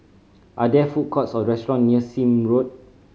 are there food courts or restaurant near Sime Road